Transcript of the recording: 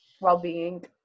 well-being